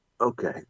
Okay